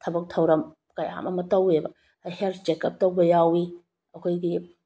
ꯊꯕꯛ ꯊꯧꯔꯝ ꯀꯌꯥ ꯑꯃ ꯇꯧꯋꯦꯕ ꯍꯦꯜꯠ ꯆꯦꯛ ꯎꯞ ꯇꯧꯕ ꯌꯥꯎꯏ ꯑꯩꯈꯣꯏꯒꯤ